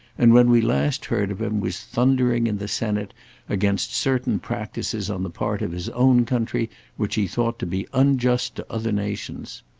and when we last heard of him was thundering in the senate against certain practices on the part of his own country which he thought to be unjust to other nations.